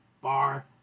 bar